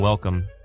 Welcome